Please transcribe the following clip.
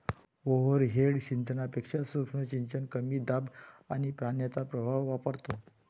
overhead सिंचनापेक्षा सूक्ष्म सिंचन कमी दाब आणि पाण्याचा प्रवाह वापरतो